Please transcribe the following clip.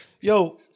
yo